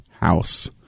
house